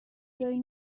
جایی